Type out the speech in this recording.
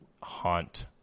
haunt